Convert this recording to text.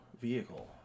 vehicle